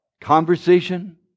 conversation